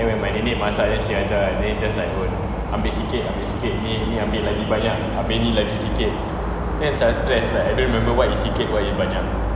then when my nenek masak then she ajar right then she just like oh ambil sikit ambil sikit ni ni ambil lagi banyak abeh ni lagi sikit then I macam stress sia I don't even remember what is sikit what is banyak